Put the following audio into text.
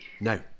No